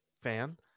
fan